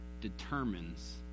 determines